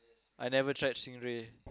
I never tried stingray